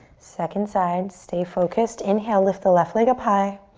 second side. stay focused. inhale, lift the left leg up high.